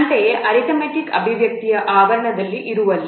ಅಂತೆಯೇ ಅರಿಥಮೆಟಿಕ್ ಅಭಿವ್ಯಕ್ತಿಯಲ್ಲಿ ಆವರಣ ಇರುವಲ್ಲಿ